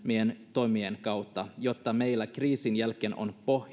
toimien kautta jotta meillä kriisin jälkeen on